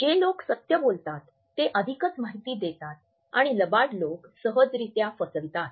जे लोक सत्य बोलतात ते अधिकच माहिती देतात आणि लबाड लोकं सहजरित्या फसवितात